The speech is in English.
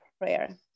prayer